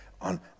on